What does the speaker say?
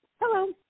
Hello